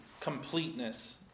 completeness